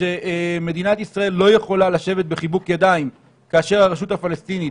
שמדינת ישראל לא יכולה לשבת בחיבוק ידיים כאשר הרשות הפלסטינית